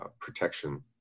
protection